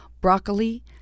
broccoli